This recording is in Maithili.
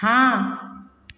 हँ